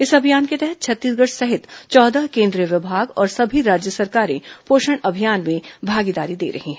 इस अभियान के तहत छत्तीसगढ़ सहित चौदह केन्द्रीय विभाग और सभी राज्य सरकारे पोषण अभियान में भागदारी दे रही हैं